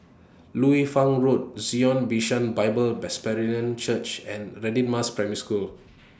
Liu Fang Road Zion Bishan Bible Presbyterian Church and Radin Mas Primary School